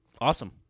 awesome